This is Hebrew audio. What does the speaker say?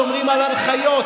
שומרים על ההנחיות,